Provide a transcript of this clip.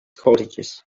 cottages